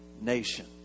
nation